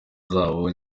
zabo